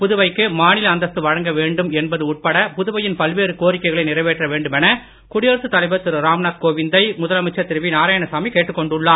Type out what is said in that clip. புதுவைக்கு மாநில அந்தஸ்து வழங்க வேண்டும் என்பது உட்பட புதுவையின் பல்வேறு கோரிக்கைகளை நிறைவேற்ற வேண்டுமென குடியரசு தலைவர் திரு ராம்நாத் கோவிந்தை முதலமைச்சர் திரு நாராயணசாமி கேட்டுக் கொண்டுள்ளார்